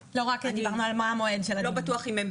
דיברנו על מה המועד של הדיון.